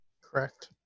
correct